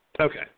Okay